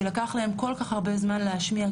שלקח להם כל כך הרבה זמן להשמיע,